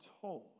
told